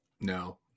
No